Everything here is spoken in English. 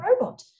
robot